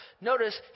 Notice